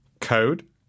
code